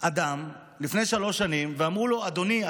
אדם לפני שלוש שנים ואמרו לו: אדוני,